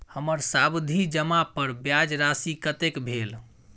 हमर सावधि जमा पर ब्याज राशि कतेक भेल?